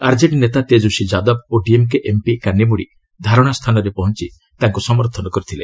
RJD ନେତା ତେଜସ୍ୱୀ ଯାଦବ ଓ DMK MP Kanimozhi ଧାରଣା ସ୍ଥାନରେ ପହଞ୍ଚ ତାଙ୍କୁ ସମର୍ଥନ କରିଥିଲେ